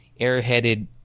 airheaded